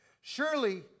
Surely